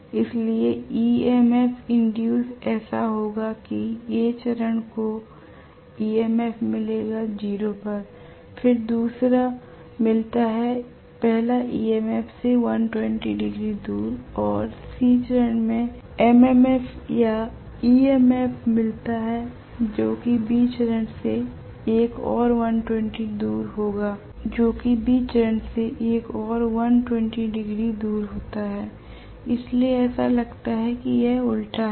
इसलिए EMF induced ऐसा होगा कि A चरण को EMF मिलेगा 0 पर फिर दूसरा मिलता है पहला EMF से 120 डिग्री दूर और C चरण में एमएमएफ या ईएमएफ मिलता है जो कि B चरण से एक और 120 डिग्री दूर होता है इसीलिए ऐसा लगता है कि यह उलटा है